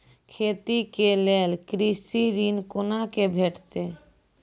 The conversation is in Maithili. खेती के लेल कृषि ऋण कुना के भेंटते?